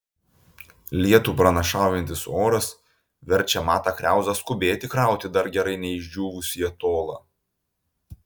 lietų pranašaujantis oras verčia matą kriauzą skubėti krauti dar gerai neišdžiūvusį atolą